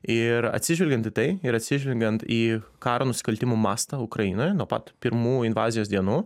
ir atsižvelgiant į tai ir atsižvelgiant į karo nusikaltimų mastą ukrainoj nuo pat pirmųjų invazijos dienų